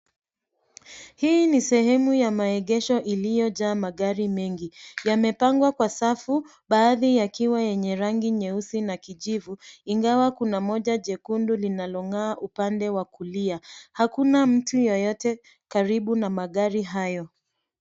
Hii ni sehemu ya maegesho iliyojaa magari mengi. Yamepangwa kwa safu, baadhi yakiwa yenye rangi nyeusi na kijivu ingawa kuna moja jekundu linalong'aa upande wa kulia. Hakuna mtu yeyote karibu na magari hayo.